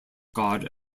god